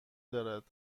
دارد